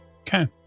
Okay